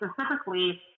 specifically